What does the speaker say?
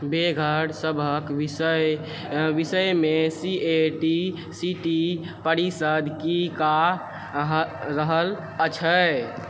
बेघर सबहक विषय विषयमे सी ए टी सिटी परिषद की कऽ रहल अछि